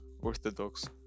orthodox